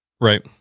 Right